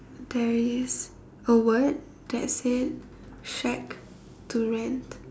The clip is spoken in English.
there is a word that said shack to rent